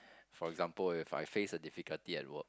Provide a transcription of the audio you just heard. for example if I face a difficulty at work